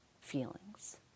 feelings